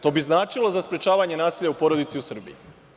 To bi značilo za sprečavanje nasilja u porodici u Srbiji.